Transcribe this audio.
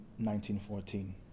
1914